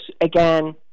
again